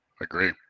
agree